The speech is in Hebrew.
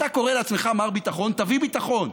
אתה קורא לעצמך "מר ביטחון" תביא ביטחון.